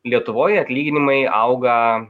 lietuvoj atlyginimai auga